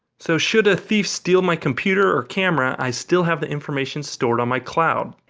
so should a thief steal my computer or camera i still have the information stored on my cloud